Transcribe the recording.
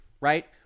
right